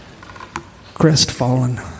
crestfallen